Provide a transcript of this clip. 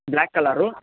black color